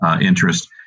interest